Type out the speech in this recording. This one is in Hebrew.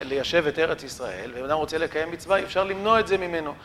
ליישב את ארץ ישראל בן אדם רוצה לקיים מצווה, אי אפשר למנוע את זה ממנו.